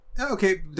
okay